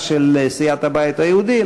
שימוש חוזר במים אפורים,